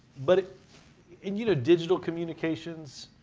but and you know, digital communications,